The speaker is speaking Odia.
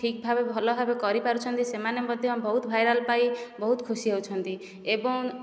ଠିକ ଭାବେ ଭଲଭାବେ କରିପାରୁଛନ୍ତି ସେମାନେ ମଧ୍ୟ ବହୁତ ଭାଇରାଲ୍ ପାଇ ବହୁତ ଖୁସି ହେଉଛନ୍ତି ଏବଂ